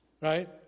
Right